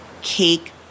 Cake